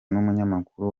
n’umunyamakuru